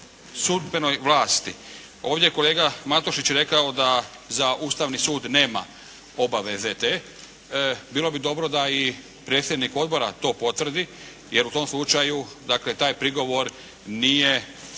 sudbenoj vlasti. Ovdje je kolega Matušić rekao da za Ustavni sud nema obaveze te. Bilo bi dobro da i predsjednik odbora to potvrdi, jer u tom slučaju, dakle, taj prigovor nije,